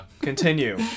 Continue